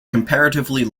comparatively